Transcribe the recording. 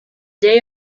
day